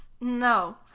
No